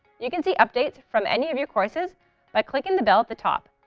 you can see updates from any of your courses by clicking the bell at the top.